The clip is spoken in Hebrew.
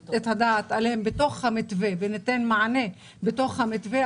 האלה בתוך המתווה וניתן מענה בתוך המתווה,